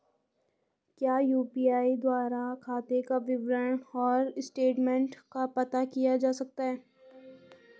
क्या यु.पी.आई द्वारा खाते का विवरण और स्टेटमेंट का पता किया जा सकता है?